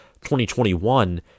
2021